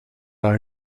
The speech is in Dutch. aan